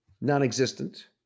non-existent